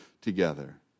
together